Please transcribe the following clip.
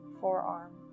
forearm